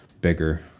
bigger